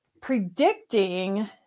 predicting